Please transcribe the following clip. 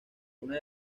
una